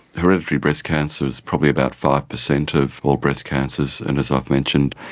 hereditary breast cancer is probably about five percent of all breast cancers and, as i've mentioned,